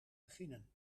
beginnen